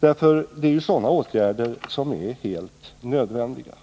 Det är sådana åtgärder som är helt nödvändiga.